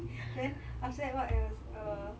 then after that what else uh